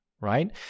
right